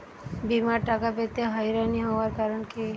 বিমার টাকা পেতে হয়রানি হওয়ার কারণ কি?